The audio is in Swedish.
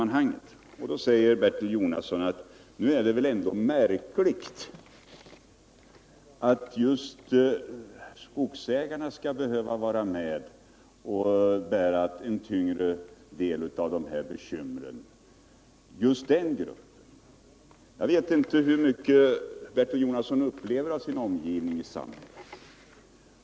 Nu säger Bertil Jonasson att det är märkligt att skogsägarna skall behöva bära en större del av dessa bekymmer. Jag vet inte hur mycket Bertil Jonasson upplever av sin omgivning i samhället.